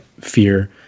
fear